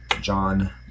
John